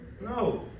No